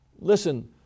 Listen